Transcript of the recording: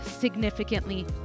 significantly